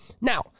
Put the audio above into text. Now